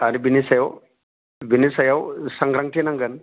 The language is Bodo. आरो बेनि सायाव बेनि सायाव सांग्रांथि नांगोन